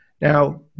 Now